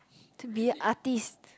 to be artist